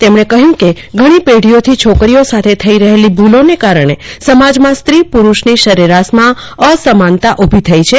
તેમણે કહ્યું કે ઘણી પેઢીઓથી છોકરીઓ સાથે થઇ રહેલી ભૂલોને કારણે સમાજમાં સ્રીપુરૂષની સરેરાશમાં અસમાનતા ઉભી થઇ છે